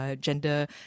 gender